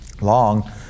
long